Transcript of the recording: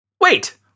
wait